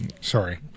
Sorry